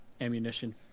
ammunition